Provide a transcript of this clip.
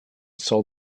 saw